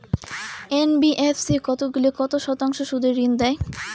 NBFC কতগুলি কত শতাংশ সুদে ঋন দেয়?